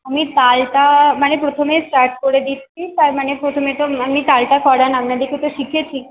আমি তালটা মানে প্রথমে স্টার্ট করে দিচ্ছি তার মানে প্রথমে তো আপনি তালটা করান আপনার দেখে তো শিখেছি